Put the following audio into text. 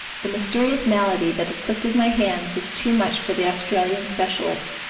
the mysterious malady that afflicted my hands was too much for the australian specialists.